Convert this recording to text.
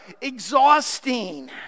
exhausting